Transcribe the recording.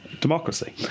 democracy